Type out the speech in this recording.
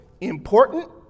important